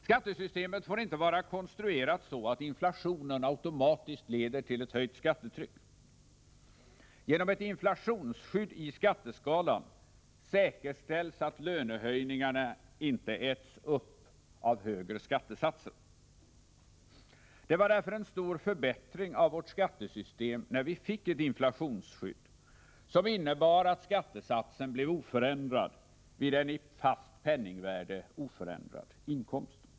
Skattesystemet får inte vara konstruerat så att inflationen automatiskt leder till ett höjt skattetryck. Genom ett inflationsskydd i skatteskalan säkerställs att lönehöjningarna inte äts upp av högre skattesatser. Det var därför en stor förbättring av vårt skattesystem när vi fick ett inflationsskydd, som innebar att skattesatsen blev oförändrad vid en i fast penningvärde oförändrad inkomst.